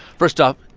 first off,